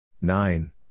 nine